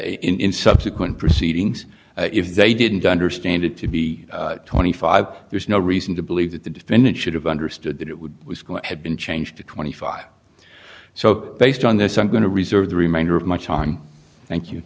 the in subsequent proceedings if they didn't understand it to be twenty five there's no reason to believe that the defendant should have understood that it would have been changed to twenty five so based on this i'm going to reserve the remainder of much on thank you